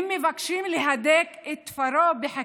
הם מבקשים להדק את תפריו בחקיקה,